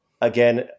again